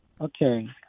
Okay